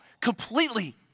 completely